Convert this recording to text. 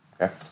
Okay